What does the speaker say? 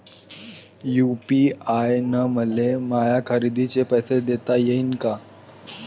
UPI न मले माया खरेदीचे पैसे देता येईन का?